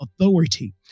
authority